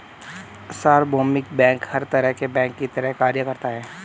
सार्वभौमिक बैंक हर तरह के बैंक की तरह कार्य कर सकता है